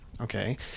Okay